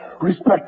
respect